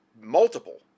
multiple